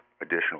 additional